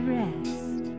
rest